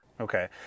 Okay